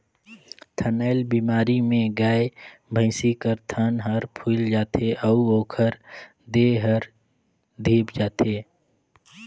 थनैल बेमारी में गाय, भइसी कर थन हर फुइल जाथे अउ ओखर देह हर धिप जाथे